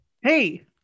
Hey